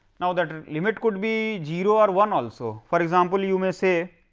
now the limit could be zero or one also. for example, you may say